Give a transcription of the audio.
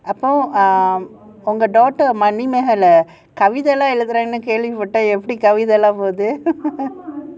um ஒங்க:onga daughter Manimegalai கவிதை எல்லாம் எழுதுறானு கேள்விப்பட்டேன் எப்டி கவிதா எல்லாம் போகுது:manimegalai kavithai ellam eluthuranu kelvippatten epdi kavitha ellam poguthu